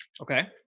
Okay